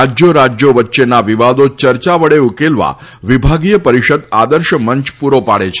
રાજ્યો રાજ્યો વચ્યેના વિવાદો ચર્ચા વડે ઉકેલવા વિભાગીય પરિષદ આદર્શ મંચ પૂરી પાડે છે